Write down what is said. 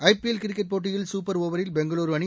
IPL cricket போட்டியில் super ஓவரில் பெங்களூரு அணி